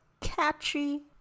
catchy